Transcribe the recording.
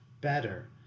better